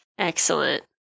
Excellent